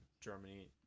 germany